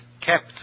kept